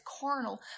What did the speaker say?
carnal